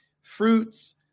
fruits